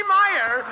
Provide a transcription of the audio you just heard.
Meyer